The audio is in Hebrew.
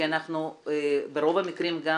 כי אנחנו ברוב המקרים גם